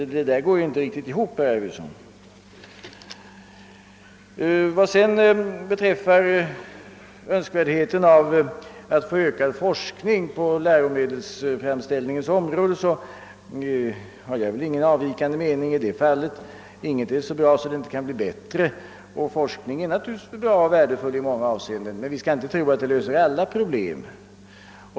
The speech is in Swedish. Det går inte riktigt ihop, herr Arvidson. Vad sedan beträffar vad som här sagts om önskvärdheten av ökad forskning på <läromedelsframställningens område, så har jag ingen avvikande mening. Ingenting är så bra att det inte kan bli bättre. Forskning är naturligtvis bra och värdefull i många avseenden, men vi skall inte tro att den löser alla problem.